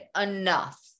enough